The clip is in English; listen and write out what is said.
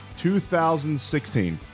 2016